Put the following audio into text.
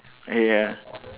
eh ya